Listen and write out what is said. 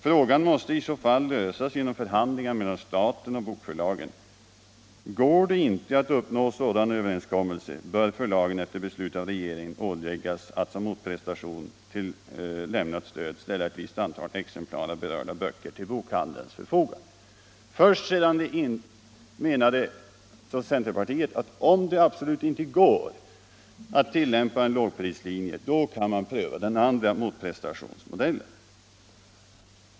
Frågan måste i så fall lösas genom förhandlingar mellan staten och bokförlagen. Går det inte att uppnå sådan överenskommelse, bör förlagen efter beslut av regeringen åläggas att som motprestation för lämnat stöd ställa ett visst antal exemplar till bokhandelns förfogande.” Från centerpartiet menade man att först om det absolut inte går att tillämpa en lågprislinje kan man pröva den andra motprestationsmodellen — gratisexemplar av ett visst antal böcker.